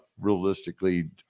realistically